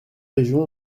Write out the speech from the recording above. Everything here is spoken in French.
régions